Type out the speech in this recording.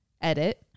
Edit